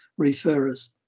referrers